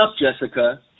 Jessica